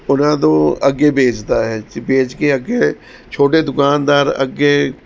ਉਹਨਾਂ ਤੋਂ ਅੱਗੇ ਵੇਚਦਾ ਹੈ ਵੇਚ ਕੇ ਅੱਗੇ ਛੋਟੇ ਦੁਕਾਨਦਾਰ ਅੱਗੇ